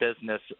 business